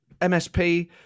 MSP